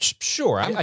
Sure